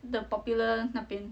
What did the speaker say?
the popular 那边